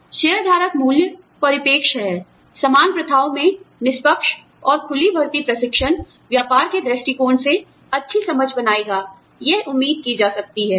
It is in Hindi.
शेयरधारक मूल्य परिप्रेक्ष्य है सामान्य प्रथाओं में निष्पक्ष और खुली भर्ती प्रशिक्षण व्यापार के दृष्टिकोण से अच्छी समझ बनाएगा यह उम्मीद की जा सकती है